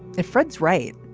the friends right?